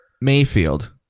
Mayfield